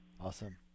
Awesome